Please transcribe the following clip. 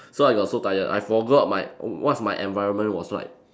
so I got so tired I forgot my what's my environment was like